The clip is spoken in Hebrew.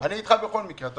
אני איתך בכל מקרה.